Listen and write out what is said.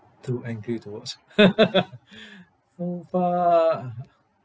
too angry to watch so far